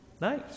Nice